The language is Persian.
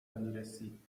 میرسید